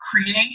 create